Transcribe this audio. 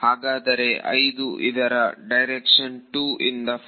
ಹಾಗಾದರೆ 5 ಇದರ ಡೈರೆಕ್ಷನ್ 2 ಇಂದ 4